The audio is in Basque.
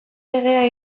legea